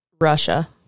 Russia